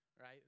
right